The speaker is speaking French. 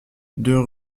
deux